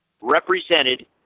represented